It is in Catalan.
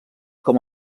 com